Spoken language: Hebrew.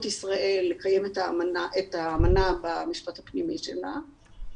ישראל לקיים את האמנה במשפט הפנימי שלה.